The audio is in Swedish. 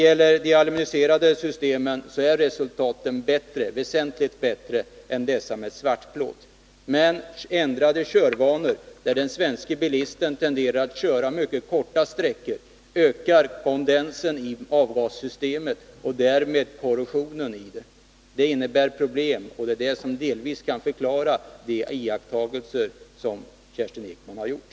De aluminerade systemen har givit väsentligt bättre resultat än systemen med svartplåt. Men ändrade körvanor, där den svenske bilisten tenderar att köra mycket korta sträckor, ökar kondensen i avgassystemet och därmed korrosionen. Det innebär problem, och det kan delvis förklara de iakttagelser som Kerstin Ekman har gjort.